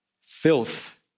filth